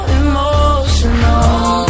emotional